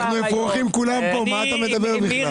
אנחנו אפרוחים כולם פה, על מה אתה מדבר בכלל.